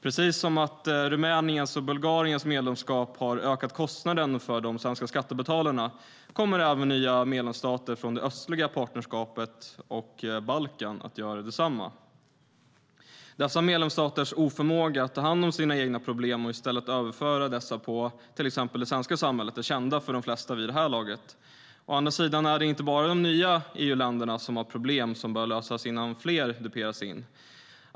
Precis som Rumäniens och Bulgariens medlemskap har ökat kostnaden för de svenska skattebetalarna kommer även nya medlemsstater från det östliga partnerskapet och Balkan att göra detsamma. Dessa medlemsstaters oförmåga att ta hand om sina egna problem och i stället överföra dessa på till exempel det svenska samhället är känd för de flesta vid det här laget. Å andra sidan är inte bara de nya EU-länderna som har problem som bör lösas innan fler duperas in.